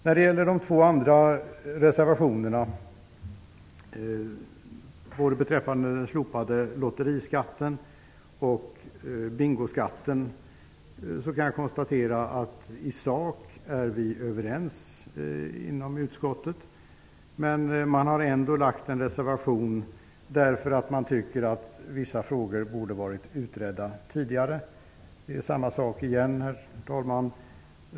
När det gäller de två andra reservationerna beträffande slopandet av lotteriskatten och slopandet av bingoskatten kan jag konstatera att vi i utskottet i sak är överens. Men man har ändå avgett en reservation därför att man anser att vissa frågor tidigare borde ha utretts. Det gäller detsamma här.